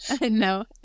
No